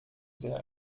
sehr